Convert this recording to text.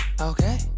Okay